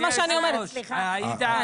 אוקיי.